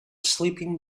sleeping